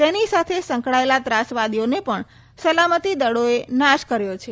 તેની સાથે સંકળાયેલા ત્રાસવાદીઓનો પણ સલામતિ દળોએ નાશ કર્યો છે